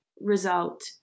result